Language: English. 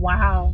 Wow